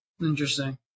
Interesting